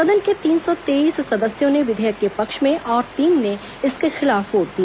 सदन के तीन सौ तेईस सदस्यों ने विधेयक के पक्ष में और तीन ने इसके खिलाफ वोट दिया